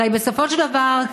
הרי בסופו של דבר,